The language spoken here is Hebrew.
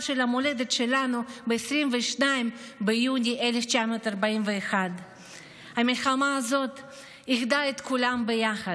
של המולדת שלנו ב-22 ביוני 1941. המלחמה הזאת איחדה את כולם ביחד.